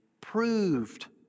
proved